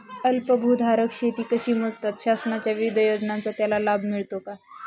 अल्पभूधारक शेती कशी मोजतात? शासनाच्या विविध योजनांचा त्याला लाभ मिळतो का?